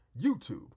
YouTube